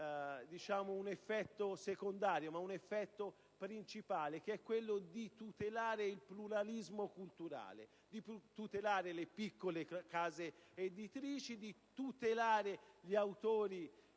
un effetto secondario ma un effetto principale: quello di tutelare il pluralismo culturale, di tutelare le piccole case editrici, di tutelare gli autori